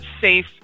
safe